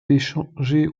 échangé